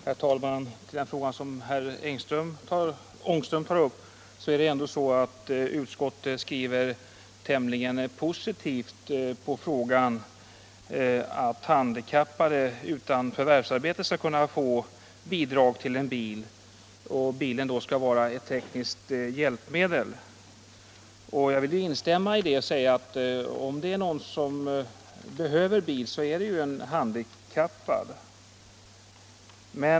Herr talman! När det gäller den fråga som herr Ångström tar upp är det ändå så att utskottet skriver tämligen positivt om att handikappade utan förvärvsarbete skall kunna få bidrag till en bil och att bilen då skall vara ett tekniskt hjälpmedel. Jag vill instämma i det och säga, att om det är någon som behöver bil så är det ju en handikappad.